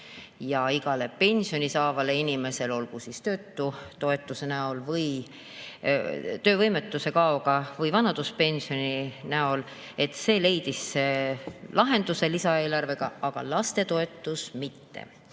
ja igale pensioni saavale inimesele, olgu töötutoetuse näol, töövõimetuse [toetuse] kaoga või vanaduspensioni näol – see leidis lahenduse lisaeelarvega, aga lastetoetus mitte. Võiks